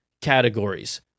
categories